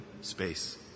space